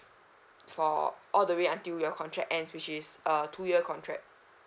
for all the way until your contract end which is uh two year contract